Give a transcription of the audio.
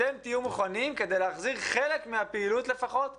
אתם תהיו מוכנים כדי להחזיר חלק מהפעילות לפחות לשגרה,